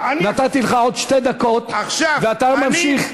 נתתי לך עוד שתי דקות, עכשיו, אני, ואתה ממשיך.